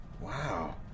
Wow